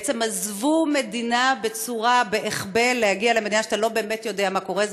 בעצם עזבו מדינה בהיחבא כדי להגיע למדינה כשאתה לא באמת יודע מה קורה.